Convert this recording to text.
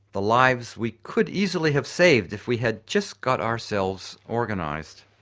the lives we could easily have saved if we had just got ourselves organised.